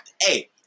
hey